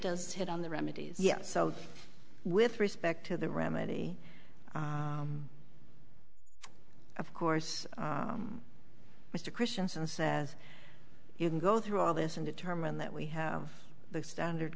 does hit on the remedies yes so with respect to the remedy of course mr christianson says you can go through all this and determine that we have the standard